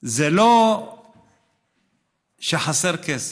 לא שחסר כסף.